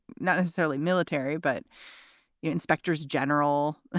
not necessarily military, but you inspectors general,